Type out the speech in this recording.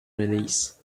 release